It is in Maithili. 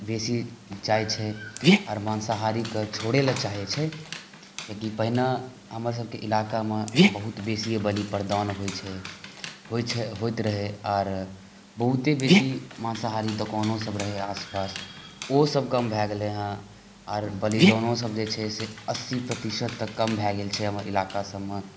बेसी जाइत छै आओर माँसाहारीकेँ छोड़ै लेल चाहैत छै कियाकि पहिने हमर सभके इलाकामे बहुत बेसी बलि प्रदान होइत रहै आओर बहुते बेसी माँसाहारी दुकानोसभ रहै आसपास ओहोसभ कम भए गेलै हेँ आर बलिदानोसभ जे छै से अस्सी प्रतिशत तक कम भए गेल छै हमर इलाका सभमे